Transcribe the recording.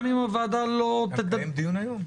גם אם הוועדה לא --- אנחנו נקיים דיון היום?